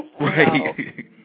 Right